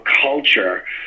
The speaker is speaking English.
culture